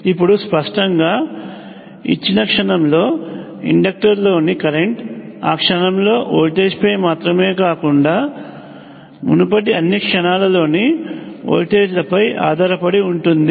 ఇప్పుడు స్పష్టంగా ఇచ్చిన క్షణంలో ఇండక్టర్ లోని కరెంట్ ఆ క్షణంలో వోల్టేజ్పై మాత్రమే కాకుండా మునుపటి అన్ని క్షణాలలోని వోల్టేజ్లపై ఆధారపడి ఉంటుంది